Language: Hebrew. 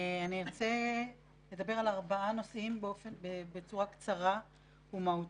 אני אדבר על ארבעה נושאים בצורה קצרה ומהותית.